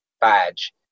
badge